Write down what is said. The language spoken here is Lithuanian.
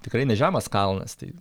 tikrai nežemas kalnas tai